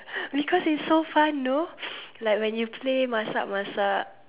because it's so fun know like when you play masak masak